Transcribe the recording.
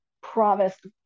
promised